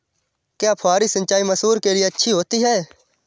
क्या फुहारी सिंचाई मसूर के लिए अच्छी होती है?